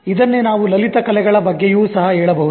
ಇದನ್ನೇ ನಾವು ಲಲಿತ ಕಲೆಗಳ ಬಗ್ಗೆಯೂ ಸಹ ಹೇಳಬಹುದು